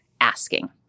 asking